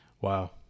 Wow